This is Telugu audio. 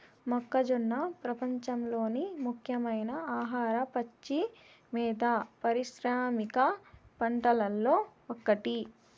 మొక్కజొన్న ప్రపంచంలోని ముఖ్యమైన ఆహార, పచ్చి మేత పారిశ్రామిక పంటలలో ఒకటి